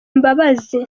imbabazi